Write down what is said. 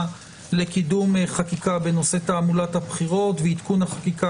לקידום חקיקה בנושא תעמולת הבחירות ועדכון החקיקה